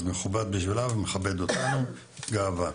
מכובד בשבילה ומכבד אותנו, היא גאווה.